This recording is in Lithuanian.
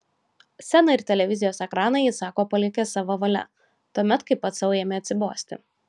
sceną ir televizijos ekraną jis sako palikęs sava valia tuomet kai pats sau ėmė atsibosti